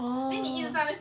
oh